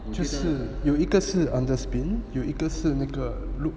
就是有一个是 under spin 有一个是那个 loop